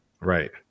Right